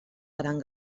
gran